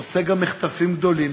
עושה גם מחטפים גדולים,